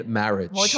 marriage